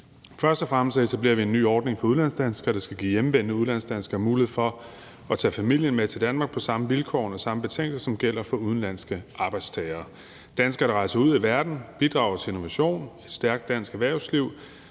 Først og fremmest etablerer vi en ny ordning for udlandsdanskere, der skal give hjemvendte udlandsdanskere mulighed for at tage familie med til Danmark på samme vilkår og under samme betingelser, som gælder for udenlandske arbejdstagere. Danskere, der rejser ud i verden, bidrager til innovation og et stærkt dansk erhvervsliv,